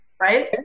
Right